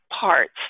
parts